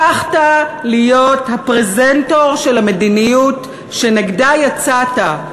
הפכת להיות הפרזנטור של המדיניות שנגדה יצאת.